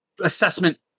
assessment